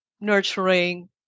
nurturing